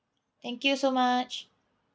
thank you so much